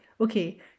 Okay